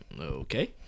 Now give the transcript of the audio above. Okay